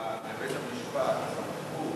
לבית-המשפט יש סמכות